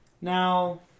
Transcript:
Now